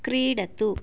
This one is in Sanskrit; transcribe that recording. क्रीडतु